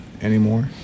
anymore